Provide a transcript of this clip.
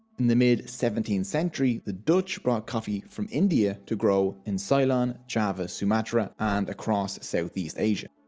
in the mid seventeenth century the dutch brought coffee from india to grow in ceylon, java, sumatra, and across southeast asia.